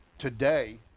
today